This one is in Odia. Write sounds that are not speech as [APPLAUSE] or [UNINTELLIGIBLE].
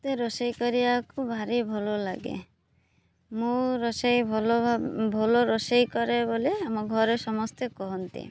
ମତେ ରୋଷେଇ କରିବାକୁ ଭାରି ଭଲ ଲାଗେ ମୁଁ ରୋଷେଇ ଭଲ [UNINTELLIGIBLE] ଭଲ ରୋଷେଇ କରେ ବୋଲି ଆମ ଘରେ ସମସ୍ତେ କହନ୍ତି